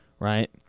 Right